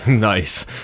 nice